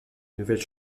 nouvelles